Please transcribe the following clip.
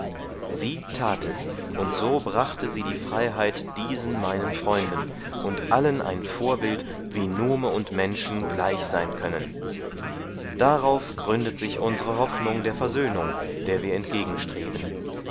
sie tat es und so brachte sie die freiheit diesen meinen freunden und allen ein vorbild wie nume und menschen gleich sein können darauf gründet sich unsre hoffnung der versöhnung der wir entgegenstreben